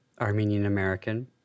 Armenian-American